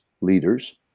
leaders